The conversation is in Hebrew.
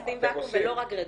עושים ואקום ולא רק גרידות.